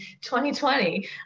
2020